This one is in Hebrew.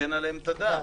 תיתן עליהן את הדעת.